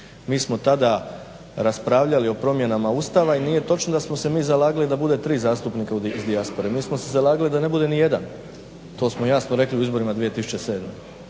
Mi smo tada raspravljali o promjenama Ustava i nije točno da smo se mi zalagali da bude 3 zastupnika u dijaspori, mi smo se zalagali da ne bude ni jedan. To smo jasno rekli u izborima 2007.